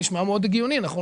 זה נשמע מאוד הגיוני, נכון?